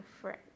friend